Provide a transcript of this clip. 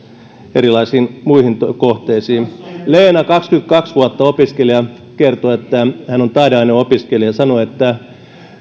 erilaisiin muihin kohteisiin leena kaksikymmentäkaksi vuotta opiskelija kertoi että hän on taideaineopiskelija ja että